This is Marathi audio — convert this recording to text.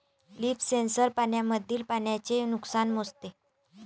लीफ सेन्सर पानांमधील पाण्याचे नुकसान मोजते